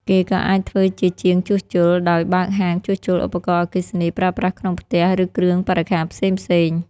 គេក៏អាចធ្វើជាជាងជួសជុល ដោយបើកហាងជួសជុលឧបករណ៍អគ្គិសនីប្រើប្រាស់ក្នុងផ្ទះ ឬគ្រឿងបរិក្ខារផ្សេងៗ។